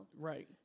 Right